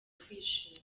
kwishima